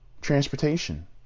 transportation